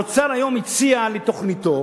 האוצר היום הציע בתוכניתו